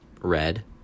red